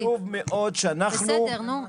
וחשוב מאוד שאנחנו -- בסדר נו,